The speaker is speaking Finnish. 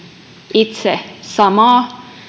itse samaa